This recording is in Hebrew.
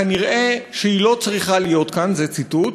כנראה היא "לא צריכה להיות כאן" זה ציטוט,